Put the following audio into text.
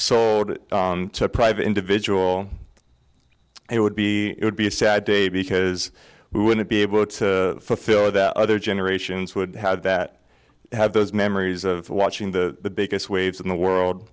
it on to a private individual it would be it would be a sad day because we wouldn't be able to fulfill that other generations would had that have those memories of watching the biggest waves in the world